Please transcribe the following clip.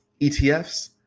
ETFs